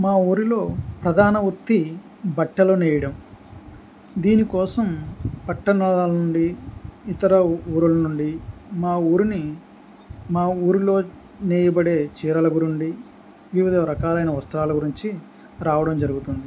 మా ఊరిలో ప్రధాన వృత్తి బట్టలు నేయడం దీనికోసం పట్టణలాల నుండి ఇతర ఊరుల నుండి మా ఊరిని మా ఊరిలో నేయబడే చీరల గురిండి వివిధ రకాలైన వస్త్రాల గురించి రావడం జరుగుతుంది